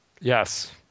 Yes